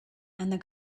and